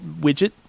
widget